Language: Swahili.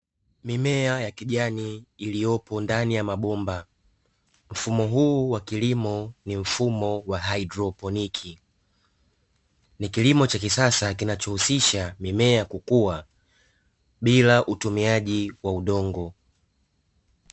Mimea ya kijani iliyopo ndani ya mabomba, mfumo huu wa kilimo ni mfumo wa “hydroponiki”ni kilimo cha kisasa kinachohusisha mimea ya kukua bila utumiaji wa udongo.